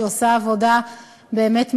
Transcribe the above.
שעושה עבודה באמת מקצועית,